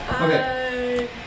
Okay